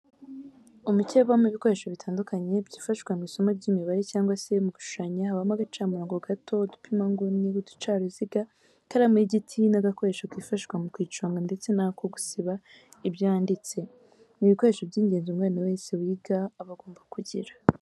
Umukebe ubamo ibikoresho bitandukanye byifashishwa mu isomo ry'imibare cyangwa se mu gushushanya habamo agacamurongo gato, udupima inguni, uducaruziga, ikaramu y'igiti n'agakoresho kifashishwa mu kuyiconga ndetse n'ako gusiba ibyo yanditse, ni ibikoresho by'ingenzi umwana wese wiga aba agomba kugira.